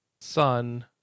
son